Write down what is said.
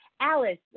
alice